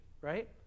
right